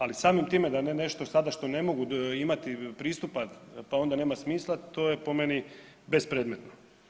Ali samim time da nešto sada što ne mogu imati pristupa pa onda nema smisla, to je po meni bespredmetno.